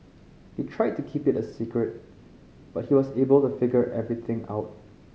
they tried to keep it a secret but he was able to figure everything out